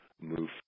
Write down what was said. move